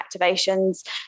activations